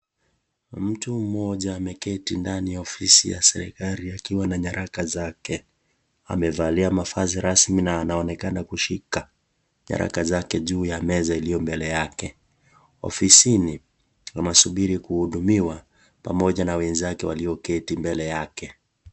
Mtu mmoja ameketi ndani ya ofisi ya serikali akiwa na nyaraka zake. Amevalia mavazi rasmi na anaonekana kushika nyaraka zake juu ya meza iliyo mbele yake. Ofisini, anasubiri kuhudumiwa pamoja na wenzake walioketi mbele yake.